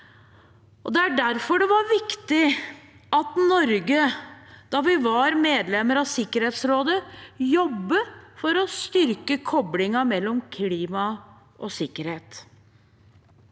Det var derfor viktig at Norge, da vi var medlem av Sikkerhetsrådet, jobbet for å styrke koblingen mellom klima og sikkerhet.